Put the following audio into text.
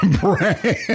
brand